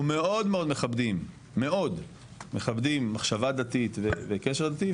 מאוד מכבדים מחשבה דתית וקשר דתי,